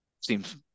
seems